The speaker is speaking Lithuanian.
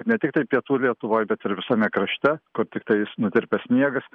ne tiktai pietų lietuvoj bet ir visame krašte kur tiktais nutirpęs sniegas